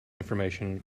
information